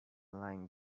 lying